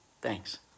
thanks